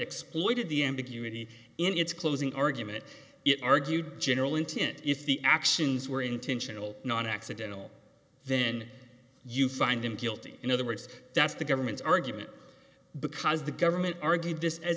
exploited the ambiguity in its closing argument it argued general intent if the actions were intentional not accidental then you find him guilty in other words that's the government's argument because the government argued this as